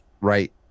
Right